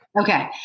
Okay